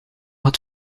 het